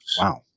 wow